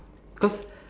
cause